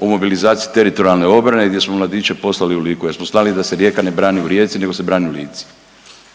u mobilizaciji teritorijalne obrane gdje smo mladiće poslali u Liku jer smo znali da se Rijeka ne brani u Rijeci nego se brani u Lici,